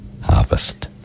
Harvest